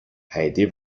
heidi